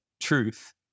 truth